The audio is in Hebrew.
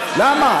למה?